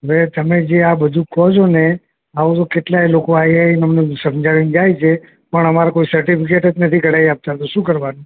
મેં તમે જે આ બધું કહો છો ને આવું તો કેટલાય લોકો આવી આવી ને અમને સમજાવી ને જાય છે પણ અમારા કોઈ સર્ટિફિકેટ જ નથી કઢાવી આપતા તો શું કરવાનું